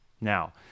Now